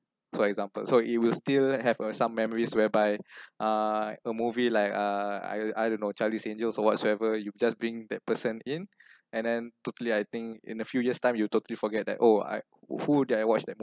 for example so it will still have uh some memories whereby uh a movie like uh I I don't know charlie's angels or whatsoever you just bring that person in and then totally I think in a few years' time you totally forget that oh I who that I watch that